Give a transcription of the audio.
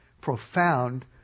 profound